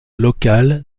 local